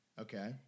Okay